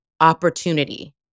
opportunity